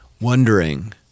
wondering